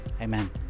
Amen